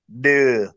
duh